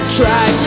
try